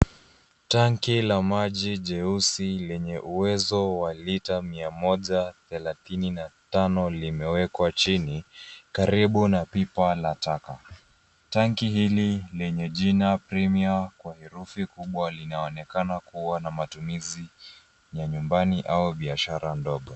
Tanki la maji jeusi, lenye uwezo wa lita 135, limewekwa chini karibu na pipa la taka. Tanki hili lenye jina Premier kwa herufi kubwa. linaonekana kuwa na matumizi ya nyumbani au biashara ndogo.